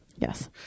yes